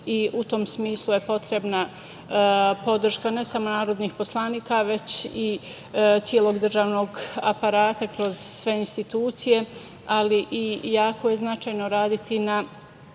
i u tom smislu je potrebna podrška ne samo narodnih poslanika, već i celog državnog aparata kroz sve institucije, ali i jako je značajno raditi na